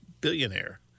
billionaire